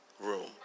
Room